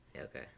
Okay